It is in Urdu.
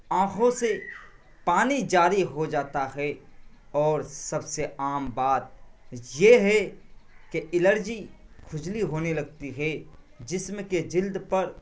آنکھوں سے پانی جاری ہو جاتا ہے اور سب سے عام بات یہ ہے کہ الرجی کھجلی ہونے لگتی ہے جسم کے جلد پر